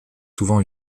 souvent